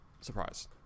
surprise